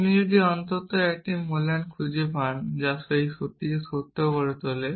আপনি যদি অন্তত একটি মূল্যায়ন খুঁজে পান যা এটিকে সত্য করে তোলে